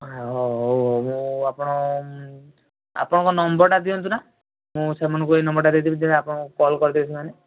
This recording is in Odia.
ହଁ ହଉ ହଉ ମୁଁ ଆପଣ ଆପଣଙ୍କ ନମ୍ବରଟା ଦିଅନ୍ତୁ ନା ମୁଁ ସେମାନଙ୍କୁ ଏଇ ନମ୍ବର ଟା ଦେଇଦେବି ଯେ ଆପଣଙ୍କୁ କଲ୍ କରିଦେବେ ସେମାନେ